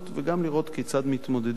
וגם לראות כיצד מתמודדים